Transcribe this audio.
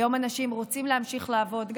היום אנשים רוצים להמשיך לעבוד,